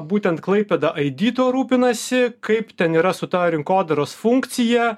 būtent klaipėda aidi tuo rūpinasi kaip ten yra su ta rinkodaros funkcija